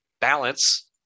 balance